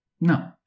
no